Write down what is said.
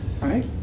Right